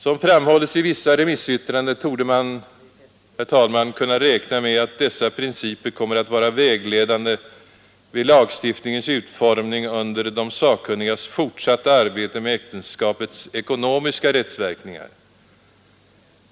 Som framhållits i vissa remissyttranden torde man, herr talman, kunna räkna med att dessa principer kommer att vara vägledande vid lagstiftningens utformning under de sakkunnigas fortsatta arbete med äktenskapets ekonomiska rättsverkningar.